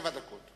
מהמעמד הרם הזה,